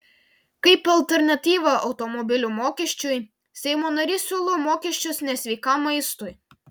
kaip alternatyvą automobilių mokesčiui seimo narys siūlo mokesčius nesveikam maistui